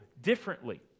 differently